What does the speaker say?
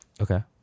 Okay